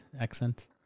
accent